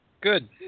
Good